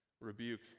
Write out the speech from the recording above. rebuke